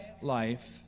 life